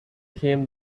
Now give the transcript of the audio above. came